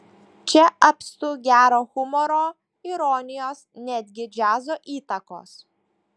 čia apstu gero humoro ironijos netgi džiazo įtakos